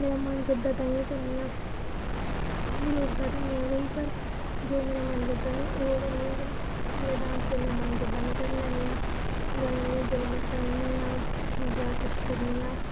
मेरा मन करदा ताहियें करनी आं होर मिगी रोकदा ते निं ऐ कोई पर जो मेरा मन करदा में उ'ऐ करनी आं मेरा डांस करने दा मन करदा ऐ में करी लैन्नी आं जां नेईं जेल्लै में पढ़नी आं जां कुछ करनी आं